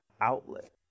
outlet